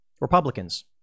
Republicans